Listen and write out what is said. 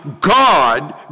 God